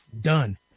Done